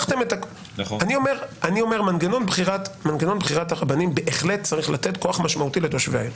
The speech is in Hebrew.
אני אומר שמנגנון בחירת הרבנים בהחלט צריך לתת כוח משמעותי לתושבי העיר,